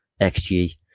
xG